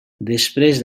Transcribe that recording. després